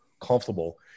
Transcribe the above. comfortable